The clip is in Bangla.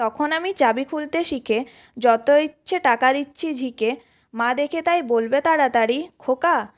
তখন আমি চাবি খুলতে শিখে যত ইচ্ছে টাকা দিচ্ছি ঝিকে মা দেখে তাই বলবে তাড়াতাড়ি খোকা